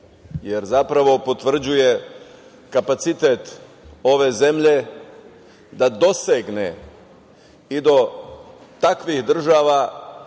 jer zapravo potvrđuje kapacitet ove zemlje da dosegne i do takvih država